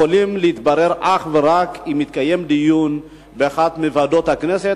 יכולים להתברר אך ורק אם יתקיים דיון באחת מוועדות הכנסת.